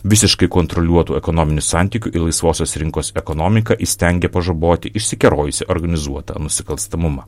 visiškai kontroliuotų ekonominių santykių į laisvosios rinkos ekonomiką įstengė pažaboti išsikerojusį organizuotą nusikalstamumą